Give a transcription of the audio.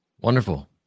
Wonderful